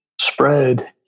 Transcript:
spread